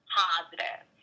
positive